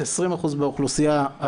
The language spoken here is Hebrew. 20% באוכלוסיה הערבית.